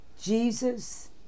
Jesus